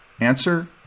Answer